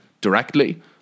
directly